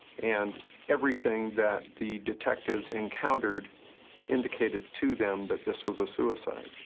and everything that the detectives encountered indicated to them that this was a suicide.